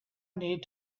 need